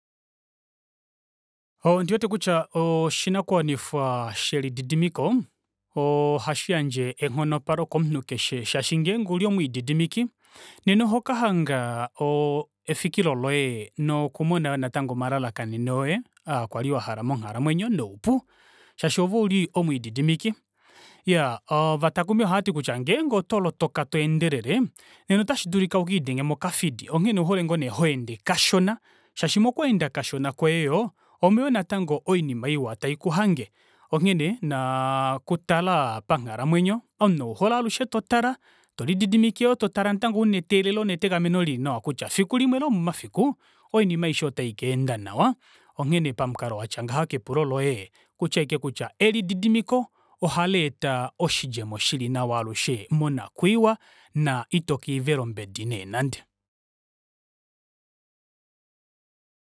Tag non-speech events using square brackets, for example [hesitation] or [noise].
Oo ondiwete kutya oshinakuwanifwa shelididimiko oo [hesitation] hashi yandje enghonopola komunhu keshe shaashi ngeenge ouli omwiididimiki, nena oho kahanga oo efikilo loye noku mona yoo natango omalalakaneno oye aakwali wahala monghalamwenyo noupu. shaashi ove ouli omwiididimiki. Iyaa ovatakumi ohavati kutya ngeenge oto lotoka toendelele nena ota shidulika ukelidenge mokafidi onghene ouhole ngoone honde hoende kashana shaashi mokweenda kashona mokweenda kashona kwoye yoo omo yoo natango oinima iwa taikuhange. Onghene naa okutala panghalamwenyo, omunhu ouhole alushe totala tolididimikeyo totala natango una eteelelo netegameno lili nawa kutya fikulimwe lomomafiku oinima aishe ota ikaenda nawa onghene pamukalo watya ngaha kepulo loye okutya aike kutya elididimiko ohaleeta oshidjemo shili nawa alushe monakwiiwa naa ito kelivela ombedi neenande.